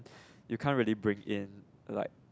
you can't really bring in like